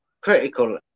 critical